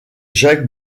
jack